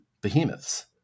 behemoths